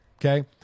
Okay